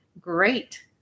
Great